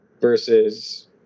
versus